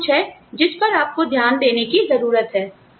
यह कुछ है जिस पर आपको ध्यान देने की जरूरत है